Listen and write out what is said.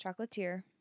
chocolatier